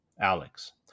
Alex